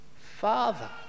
Father